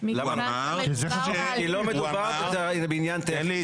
כי לא מדובר בעניין טכני.